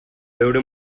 veure